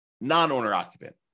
non-owner-occupant